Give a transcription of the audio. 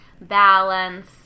balance